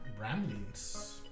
ramblings